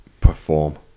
perform